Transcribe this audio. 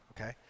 okay